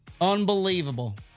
Unbelievable